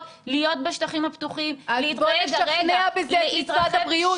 להיות בשטחים הפתוחים --- אז בואי נשכנע בזה את משרד הבריאות,